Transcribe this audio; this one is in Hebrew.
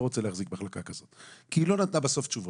לא רוצה להחזיק מחלקה כזאת כי היא לא נתנה בסוף תשובות,